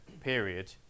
period